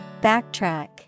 Backtrack